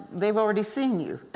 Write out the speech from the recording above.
they've already seen you.